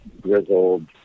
grizzled